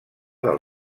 del